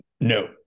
No